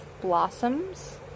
blossoms